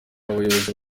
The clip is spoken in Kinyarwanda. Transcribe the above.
abayobozi